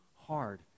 hard